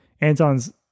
Anton's